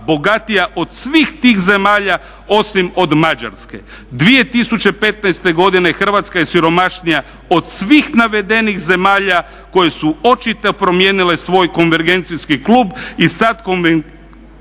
bogatija od svih tih zemalja osim od Mađarske. 2015. godine Hrvatska je siromašnija od svih navedenih zemalja koje su očito promijenile svoj konvergencijski klub i sad konvergiraju